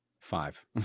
five